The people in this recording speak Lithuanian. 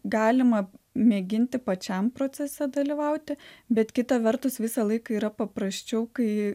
galima mėginti pačiam procese dalyvauti bet kita vertus visą laiką yra paprasčiau kai